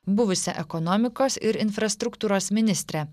buvusią ekonomikos ir infrastruktūros ministrę